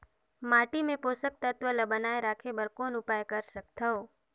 माटी मे पोषक तत्व ल बनाय राखे बर कौन उपाय कर सकथव?